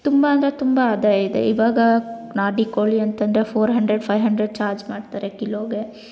ತುಂಬ ಅಂದರೆ ತುಂಬ ಆದಾಯ ಇದೆ ಇವಾಗ ನಾಟಿ ಕೋಳಿ ಅಂತಂದರೆ four hundred five hundred charge ಮಾಡ್ತಾರೆ ಕಿಲೋಗೆ